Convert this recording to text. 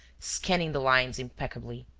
scanning the lines impeccably.